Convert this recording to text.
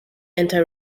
anti